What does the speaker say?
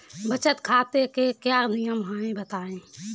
बचत खाते के क्या नियम हैं बताएँ?